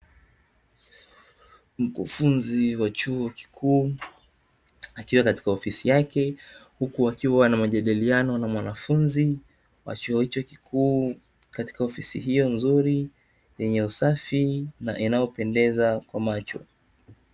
Mkufunzi wa chuo Kikuu, akiwa katika ofisi yake, huku akiwa na majadiliano na mwanafunzi wa chuo hicho Kikuu katika ofisi hiyo nzuri yenye usafi na inayopendeza kwa macho.